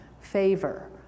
favor